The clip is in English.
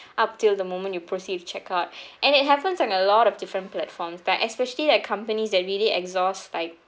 up till the moment you proceed to check out and it happens on a lot of different platform but especially that companies that really exhaust like